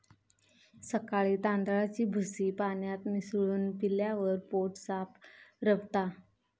सकाळी तांदळाची भूसी पाण्यात मिसळून पिल्यावर पोट साफ रवता